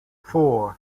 four